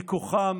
מכוחם,